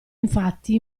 infatti